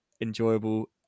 enjoyable